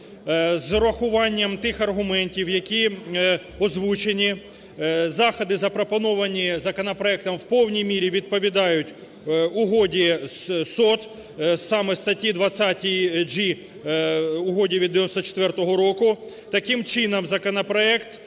урахуванням тих аргументів, які озвучені, заходи, запропоновані законопроектом, в повній мірі відповідають угоді з СОТ, саме статті 20 (g) угоди від 94-го року. Таким чином законопроект